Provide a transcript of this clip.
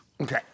Okay